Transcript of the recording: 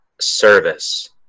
service